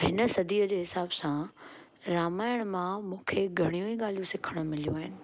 हिन सदीअ जे हिसाब सां रामायण मां मूंखे घणियूं ई ॻाल्हियूं सिखणु मिल्यूं आहिनि